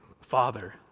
father